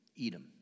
Edom